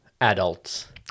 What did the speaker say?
adults